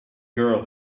girl